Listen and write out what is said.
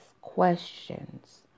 questions